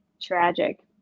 Tragic